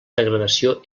degradació